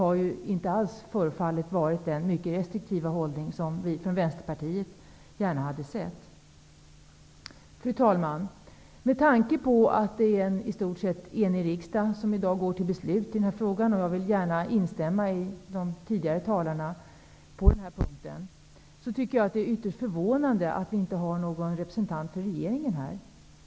Det har inte förefallit vara den mycket restriktiva hållning som vi i Vänsterpartiet gärna hade sett. Fru talman! Med tanke på att det är en i stort sett enig riksdag som i dag går till beslut i den här frågan -- jag vill gärna instämma med de tidigare talarna på den här punkten -- tycker jag att det är ytterst förvånande att vi inte har någon representant från regeringen här.